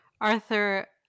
Arthur